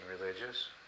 religious